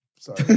Sorry